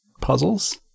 puzzles